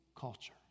culture